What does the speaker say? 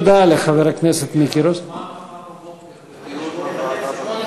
אתה מוזמן מחר בבוקר לדיון בוועדה